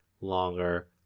longer